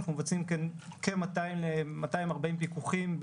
אנחנו מבצעים כ-240 פקוחים,